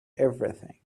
everything